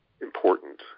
important